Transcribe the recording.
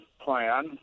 plan